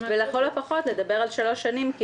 ולכל הפחות לדבר על שלוש שנים.